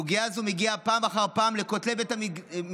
סוגיה זו מגיעה פעם אחר פעם לכותלי בית משפט,